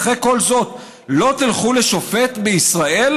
"אחרי כל זאת לא תלכו לשופט בישראל?